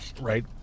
Right